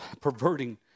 perverting